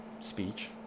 speech